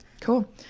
Cool